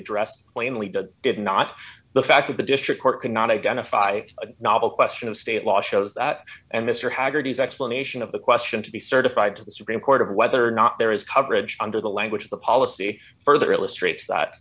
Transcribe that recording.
addressed plainly did did not the fact that the district court could not identify a novel question of state law shows that and mr haggerty's explanation of the question to be certified to the supreme court of whether or not there is coverage under the language of the policy further illustrates that